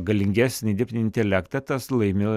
galingesnį dirbtinį intelektą tas laimi